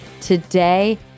Today